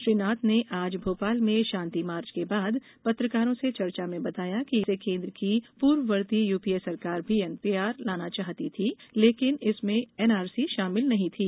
श्री नाथ ने आज भोपाल में शांति मार्च के बाद पत्रकारों से चर्चा में बताया कि इसे केन्द्र की पूर्ववर्ती यूपीए सरकार भी एनपीआर लाना चाहती थी लेकिन उसमें एनआरसी शामिल नहीं थी